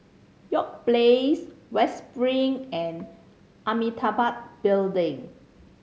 York Place West Spring and Amitabha Building